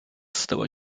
stała